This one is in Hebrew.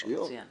מצוין.